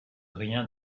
rien